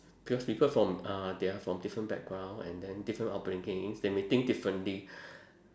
because people from uh they are from different background and then different upbringing they may think differently